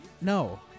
No